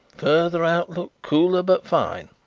further outlook cooler but fine.